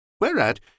Whereat